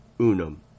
unum